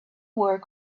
work